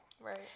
Right